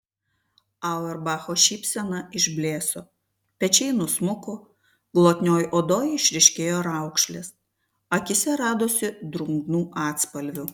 auerbacho šypsena išblėso pečiai nusmuko glotnioj odoj išryškėjo raukšlės akyse radosi drungnų atspalvių